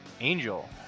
Angel